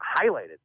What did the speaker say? highlighted